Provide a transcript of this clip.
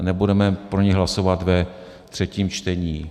Nebudeme pro ni hlasovat ve třetím čtení.